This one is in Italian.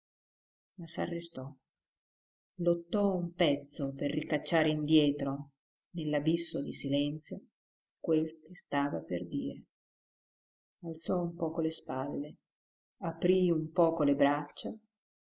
ma s'arrestò lottò un pezzo per ricacciare indietro nell'abisso di silenzio quel che stava per dire alzò un poco le spalle aprì un poco le braccia